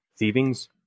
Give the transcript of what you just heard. Thievings